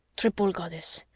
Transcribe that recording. triple goddess,